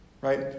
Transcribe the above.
right